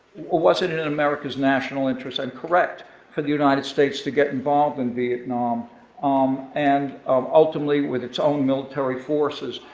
was it it in america's national interest and correct for the united states to get involved in vietnam um and um ultimately, with its own military forces,